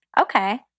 Okay